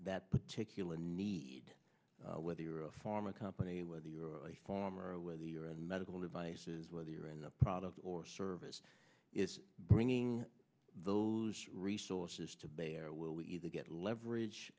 that particular need whether you're a pharma company whether you're a farmer or whether you're in medical devices whether you're in the product or service is bringing those resources to bear will either get leverage